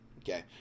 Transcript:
Okay